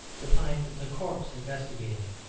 to find the corpse investigating it.